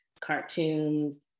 cartoons